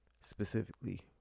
specifically